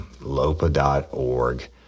LOPA.org